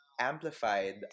amplified